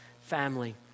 family